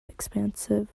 expensive